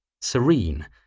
serene